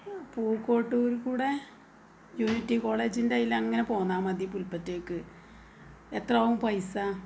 പൂക്കോട്ടൂർ കൂടെ യൂണിറ്റി കോളേജിൻ്റെ അതിലെ അങ്ങനെ പോന്നാൽ മതി പുൽപത്തേക്ക് എത്രയാവും പൈസ